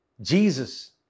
Jesus